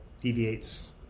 deviates